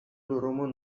durumu